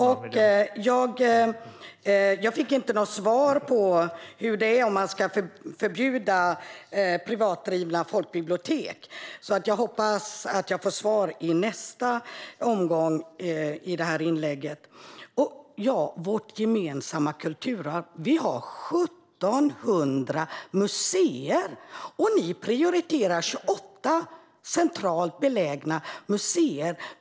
Herr talman! Jag fick inte något svar på om man ska förbjuda privat drivna folkbibliotek. Jag hoppas att jag får svar i nästa inlägg. Sedan gäller det vårt gemensamma kulturarv. Vi har 1 700 museer, och ni prioriterar 28 centralt belägna museer.